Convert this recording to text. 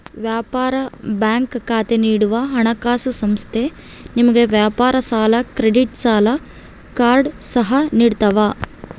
ವ್ಯಾಪಾರ ಬ್ಯಾಂಕ್ ಖಾತೆ ನೀಡುವ ಹಣಕಾಸುಸಂಸ್ಥೆ ನಿಮಗೆ ವ್ಯಾಪಾರ ಸಾಲ ಕ್ರೆಡಿಟ್ ಸಾಲ ಕಾರ್ಡ್ ಸಹ ನಿಡ್ತವ